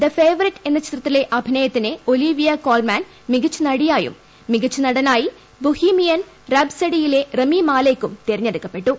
the favourite എന്ന ചിത്രത്തിലെ അഭിനയത്തിന് ഒലീവിയ കോൾമാൻ മികച്ച നടിയായും മികച്ച നടനായി ബൊഹീമിയൻ റാപ്സഡിയിലെ റമി മാലേക്കും തെരഞ്ഞെടുക്കപ്പെട്ടു